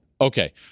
Okay